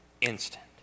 instant